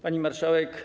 Pani Marszałek!